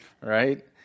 right